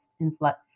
influx